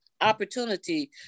opportunity